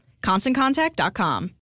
ConstantContact.com